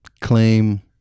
claim